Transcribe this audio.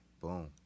Boom